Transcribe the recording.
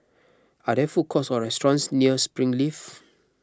are there food courts or restaurants near Springleaf